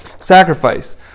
sacrifice